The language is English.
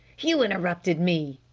you interrupted me,